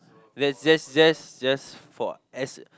let's just just just for as